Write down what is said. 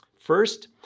First